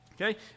okay